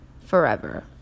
forever